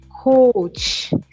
coach